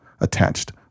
attached